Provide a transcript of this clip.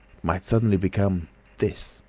might suddenly become this.